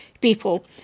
people